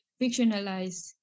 fictionalized